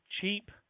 cheap